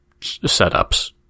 setups